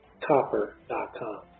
copper.com